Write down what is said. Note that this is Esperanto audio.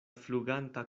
fluganta